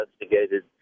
investigated